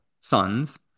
sons